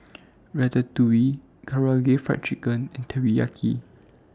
Ratatouille Karaage Fried Chicken and Teriyaki